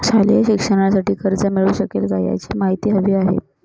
शालेय शिक्षणासाठी कर्ज मिळू शकेल काय? याची माहिती हवी आहे